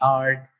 art